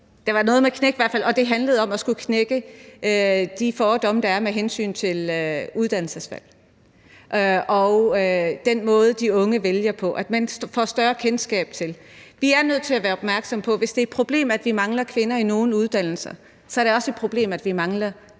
det handlede om at skulle knække de fordomme, der er med hensyn til uddannelsesvalg og den måde, de unge vælger på – i forhold til at få et større kendskab. Vi er nødt til at være opmærksomme på, at hvis det er et problem, at vi mangler kvinder i nogle uddannelser, så er det også et problem, at vi mangler